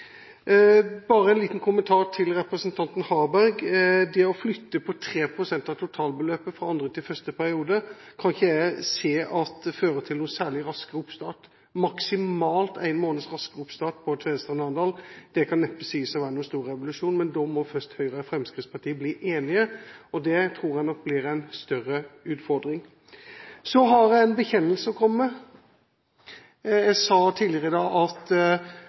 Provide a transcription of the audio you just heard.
Bare en liten kommentar til representanten Harberg: Det å flytte på 3 pst. av totalbeløpet fra andre til første periode kan jeg ikke se fører til noen særlig raskere oppstart – maksimalt en måned raskere oppstart for Tvedestrand–Arendal. Det kan neppe sies å være noen stor revolusjon. Men da må først Høyre og Fremskrittspartiet bli enige, og det tror jeg nok blir en større utfordring. Så har jeg en bekjennelse å komme med. Jeg sa tidligere i dag at